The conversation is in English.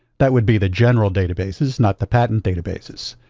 that would be the general databases, not the patent databases.